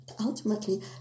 ultimately